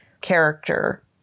character